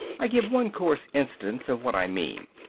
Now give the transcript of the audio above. i give one coarse instance of what i mean.